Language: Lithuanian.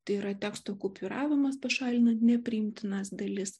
tai yra teksto kupiūravimas pašalinant nepriimtinas dalis